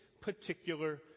particular